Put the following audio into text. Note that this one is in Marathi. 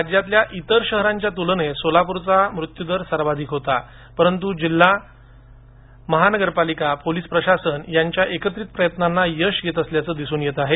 राज्यातल्या इतर शहरांच्या तुलनेत सोलापूरचा हा मृत्युदर सर्वाधिक होता परंतु जिल्हामहानगरपालिका पोलीस प्रशासन यांच्या एकत्रित प्रयत्नांना यश येत असल्याचं दिसत आहे